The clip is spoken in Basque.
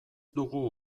dugu